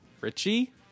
Richie